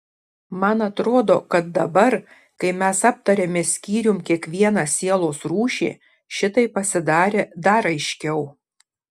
man atrodo kad dabar kai mes aptarėme skyrium kiekvieną sielos rūšį šitai pasidarė dar aiškiau